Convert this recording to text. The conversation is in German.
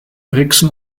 brixen